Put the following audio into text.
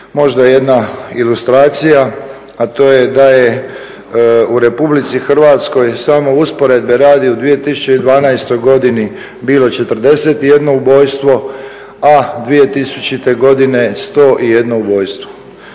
možda jedna ilustracija, a to je da je u Republici Hrvatskoj samo usporedbe radi u 2012. godini bilo 41 ubojstvo, a 2000. godine 101 ubojstvo.